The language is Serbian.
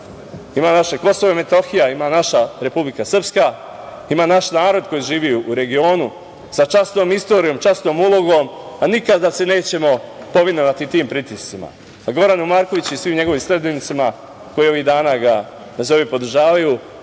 ima naša KiM, ima naša Republika Srpska, ima naš narod koji živi u regionu, sa časnom istorijom i časnom ulogom, a nikada se nećemo povinovati tim pritiscima. Goranu Markoviću, i svim njegovim sledbenicima koji ga ovih dana, nazovi podržavaju,